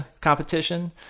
competition